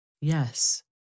Yes